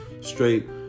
straight